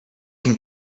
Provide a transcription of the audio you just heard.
can